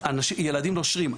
ילדים נושרים.